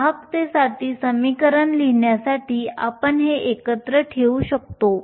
वाहकतेसाठी समीकरण लिहिण्यासाठी आपण हे एकत्र ठेवू शकतो